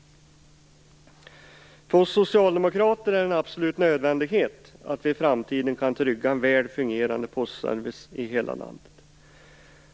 För oss socialdemokrater är det en absolut nödvändighet att i framtiden trygga en väl fungerande postservice i hela landet.